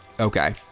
okay